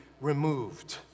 removed